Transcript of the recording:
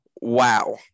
Wow